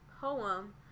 poem